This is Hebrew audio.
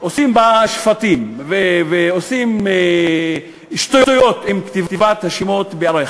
עושים בה שפטים ועושים שטויות עם כתיבת השמות בערבית,